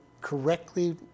correctly